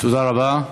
תודה רבה.